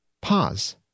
pause